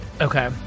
Okay